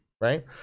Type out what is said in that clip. right